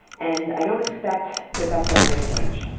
and i don't expect that that's ever going to change.